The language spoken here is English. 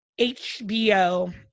HBO